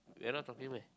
we're not talking meh